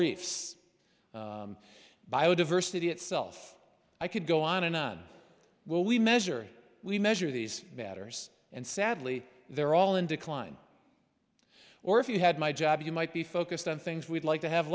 reefs biodiversity itself i could go on and on what we measure we measure these matters and sadly they're all in decline or if you had my job you might be focused on things we'd like to have